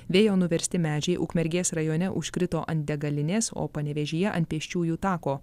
vėjo nuversti medžiai ukmergės rajone užkrito ant degalinės o panevėžyje ant pėsčiųjų tako